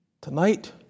Tonight